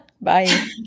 Bye